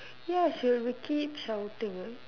yes she will keep shouting